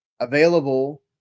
available